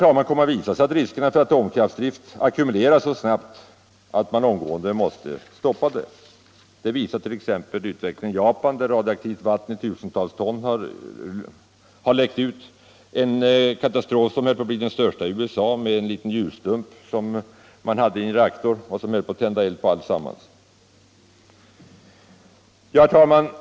Det kan komma att visa sig att riskerna med kärnkraftsdrift ackumuleras så snabbt att man omgående måste stoppa den — jag erinrar t.ex. om utvecklingen i Japan, där radioktivt vatten i tusentals ton har läckt ut, och en katastrof som var på väg att bli den största i USA med en liten ljusstump i en reaktor som höll på att tända eld på alltsammans. Vad gör vi då? Herr talman!